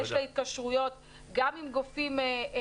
יש לה התקשרויות גם עם גופי הכשרה,